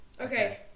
Okay